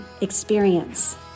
experience